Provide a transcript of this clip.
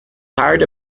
hard